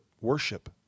worship